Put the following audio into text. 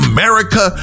America